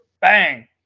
Bang